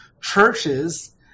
churches